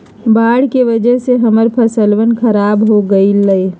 बाढ़ के वजह से हम्मर फसलवन खराब हो गई लय